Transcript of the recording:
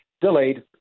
delayed